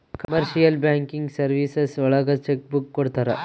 commercial banking services ಒಳಗ cheque book ಕೊಡ್ತಾರ